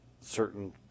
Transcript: certain